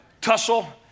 tussle